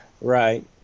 Right